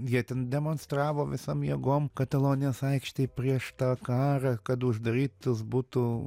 jie ten demonstravo visom jėgom katalonijos aikštėj prieš tą karą kad uždarytas būtų